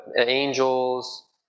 angels